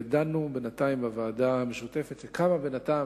ודנו בוועדה המשותפת שקמה בינתיים,